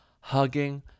hugging